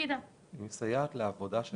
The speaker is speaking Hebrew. היא מסייעת לעבודה.